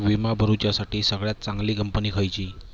विमा भरुच्यासाठी सगळयात चागंली कंपनी खयची?